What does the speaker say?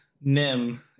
Nim